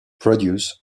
produce